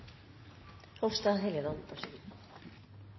Hofstad Helleland,